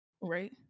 right